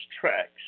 tracks